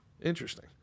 Interesting